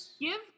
give